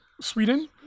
sweden